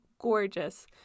Gorgeous